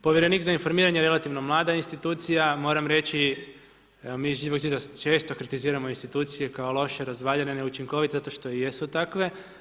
Povjerenik za informiranje je relativno mlada institucija, moram reći, mi iz Živog zida, često kritiziramo institucije kao loše, razvaljene, neučinkovite, zato što i jesu takve.